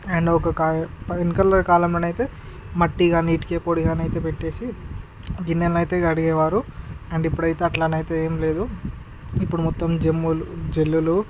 and ఒక కాల్ వెనకల్లో కాలంలో అయితే మట్టి కానీ ఇటుక పొడిగా అయితే పెట్టేసి గిన్నెలని అయితే కడిగేవారు అండ్ ఇప్పుడైతే అట్లా అయితే ఏం లేదు ఇప్పుడు మొత్తం జెమ్ జల్లులు